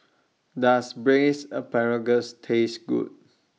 Does Braised Asparagus Taste Good